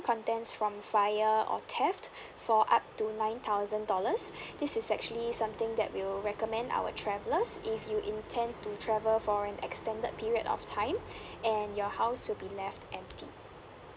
contents from fire or theft for up to nine thousand dollars this is actually something that we'll recommend our travellers if you intend to travel for an extended period of time and your house will be left empty